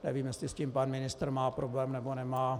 Nevím, jestli s tím pan ministr má problém, nebo nemá.